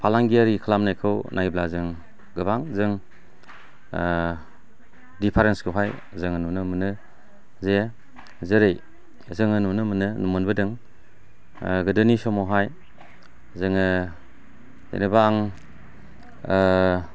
फालांगियारि खालामनायखौ नायब्ला जों गोबां जों डिफारेन्सखौहाय जोङो नुनो मोनो जे जेरै जोङो नुनो मोनबोदों गोदोनि समावहाय जोङो जेनेबा आं